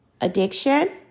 addiction